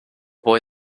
boy